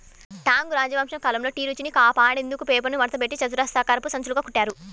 Tang రాజవంశం కాలంలో tea రుచిని కాపాడేందుకు పేపర్ను మడతపెట్టి చతురస్రాకారపు సంచులుగా కుట్టారు